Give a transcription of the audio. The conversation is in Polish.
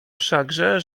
wszakże